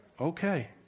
Okay